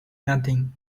nothing